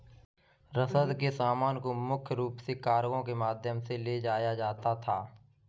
रसद के सामान को मुख्य रूप से कार्गो के माध्यम से ले जाया जाता था